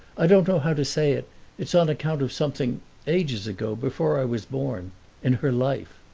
i don't know how to say it it's on account of something ages ago, before i was born in her life.